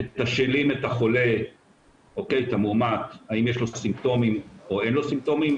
מתשאלים את המועמד האם יש לו או אין לו סימפטומים,